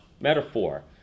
metaphor